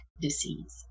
disease